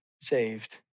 saved